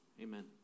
Amen